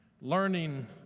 Learning